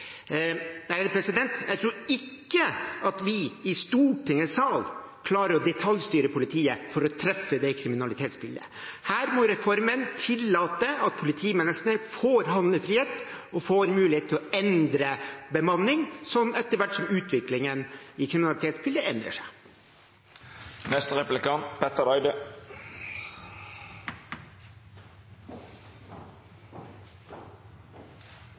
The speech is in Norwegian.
Jeg tror ikke at vi i Stortingets sal klarer å detaljstyre politiet til å treffe kriminalitetsbildet. Her må reformen tillate at politimesteren får handlefrihet og mulighet til å endre bemanningen etter hvert som utviklingen i kriminalitetsbildet endrer